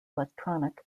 electronic